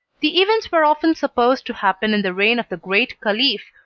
the events were often supposed to happen in the reign of the great caliph,